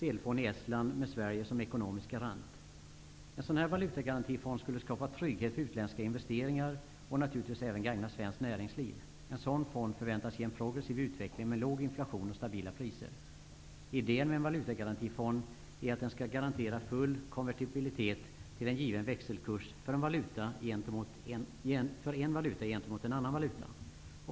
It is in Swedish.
En sådan här valutagarantifond skulle skapa trygghet för utländska investeringar och naturligtvis även gagna svenskt näringsliv. En sådan fond förväntas ge en progressiv utveckling med låg inflation och stabila priser. Idén med en valutagarantifond är att den skall garantera full konvertibilitet till en given växelkurs för en valuta gentemot en annan valuta.